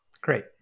Great